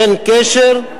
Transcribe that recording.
אין קשר,